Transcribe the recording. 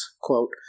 quote